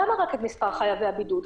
למה רק את מספר חייבי הבידוד?